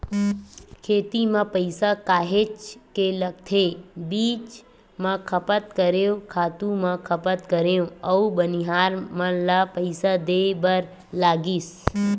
खेती म पइसा काहेच के लगथे बीज म खपत करेंव, खातू म खपत करेंव अउ बनिहार मन ल पइसा देय बर लगिस